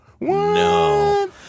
No